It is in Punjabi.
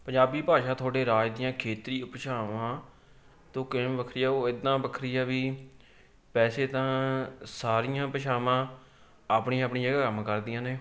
ਪੰਜਾਬੀ ਭਾਸ਼ਾ ਤੁਹਾਡੇ ਰਾਜ ਦੀਆਂ ਖੇਤਰੀ ਉਪਭਾਸ਼ਾਵਾਂ ਤੋਂ ਕਿਵੇਂ ਵੱਖਰੀ ਆ ਉਹ ਇਦਾਂ ਵੱਖਰੀ ਆ ਵੀ ਵੈਸੇ ਤਾਂ ਸਾਰੀਆਂ ਭਾਸ਼ਾਵਾਂ ਆਪਣੀ ਆਪਣੀ ਜਗ੍ਹਾ ਕੰਮ ਕਰਦੀਆਂ ਨੇ